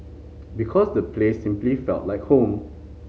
because the place simply felt like home